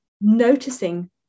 noticing